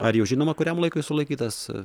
ar jau žinoma kuriam laikui sulaikytas